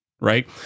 right